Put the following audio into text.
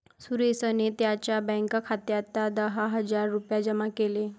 सुरेशने त्यांच्या बँक खात्यात दहा हजार रुपये जमा केले